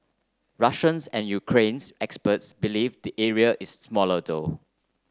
Russians and Ukrainians experts believe the area is smaller though